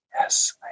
Yes